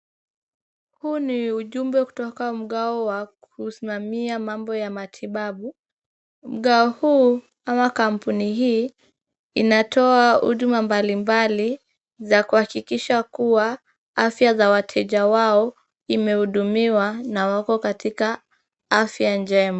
Huu ni ujumbe kutoka mgao wa kusimamia mambo ya matibabu, mgao huu ama kampuni hii inatoa huduma mbalimbali za kuhakikisha kuwa afya za wateja wao zimehudumiwa na wako katika afya njema.